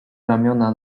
ramiona